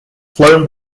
flown